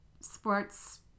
sports